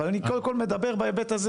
אבל אני קודם כל מדבר בהיבט הזה